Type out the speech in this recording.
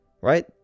Right